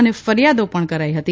અને ફરિયાદો પણ કરી હતી